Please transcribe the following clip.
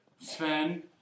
Sven